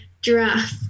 giraffe